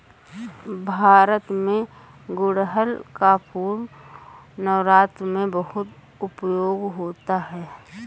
भारत में गुड़हल का फूल नवरात्र में बहुत उपयोग होता है